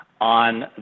on